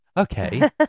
Okay